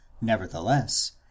Nevertheless